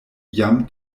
jam